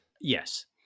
Yes